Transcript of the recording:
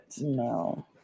No